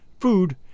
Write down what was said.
food